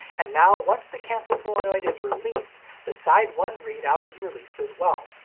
and now once the cancel solenoid is released the side one readout is released as well.